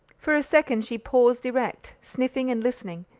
for a second she paused erect, sniffing and listening,